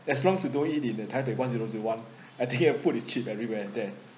as long you don't eat in the taipei one zero zero one I think the food is cheap everywhere there